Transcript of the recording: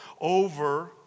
over